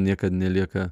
niekad nelieka